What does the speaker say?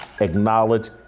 acknowledge